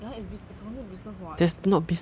ya it's bus~ it's only business what it's